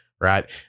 Right